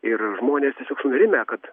ir žmonės tiesiog sunerimę kad